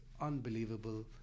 unbelievable